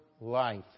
life